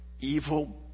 evil